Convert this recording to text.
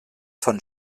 von